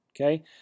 okay